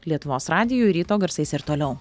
lietuvos radiju ir ryto garsais ir toliau